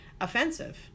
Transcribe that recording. offensive